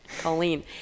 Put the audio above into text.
Colleen